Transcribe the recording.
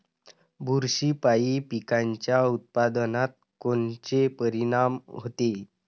बुरशीपायी पिकाच्या उत्पादनात कोनचे परीनाम होते?